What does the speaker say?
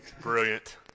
Brilliant